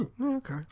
Okay